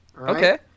okay